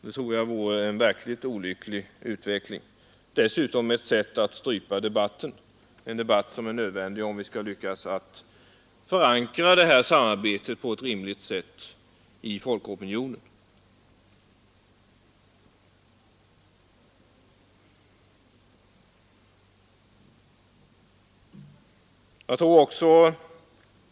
Det tror jag vore en olycklig utveckling och dessutom ett sätt att strypa debatten, och debatten är nödvändig om vi skall lyckas att förankra detta samarbete i folkopinionen.